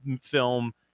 film